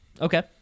Okay